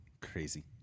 Crazy